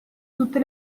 tutte